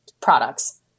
products